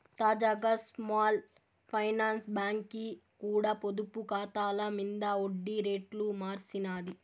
తాజాగా small finance బాంకీ కూడా పొదుపు కాతాల మింద ఒడ్డి రేట్లు మార్సినాది